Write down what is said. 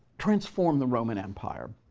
transform the roman empire.